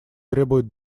требуют